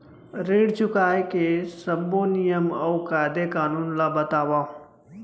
ऋण चुकाए के सब्बो नियम अऊ कायदे कानून ला बतावव